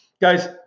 Guys